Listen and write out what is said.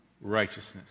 righteousness